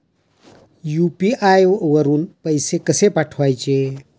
UPI वरून पैसे कसे पाठवायचे?